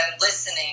listening